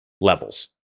levels